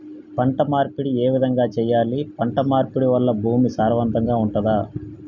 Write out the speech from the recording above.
పంట మార్పిడి ఏ విధంగా చెయ్యాలి? పంట మార్పిడి వల్ల భూమి సారవంతంగా ఉంటదా?